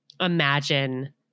imagine